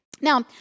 Now